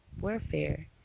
warfare